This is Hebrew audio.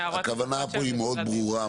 הכוונה פה היא מאוד ברורה,